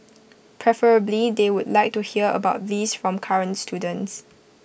preferably they would like to hear about these from current students